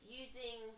using